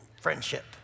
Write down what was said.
friendship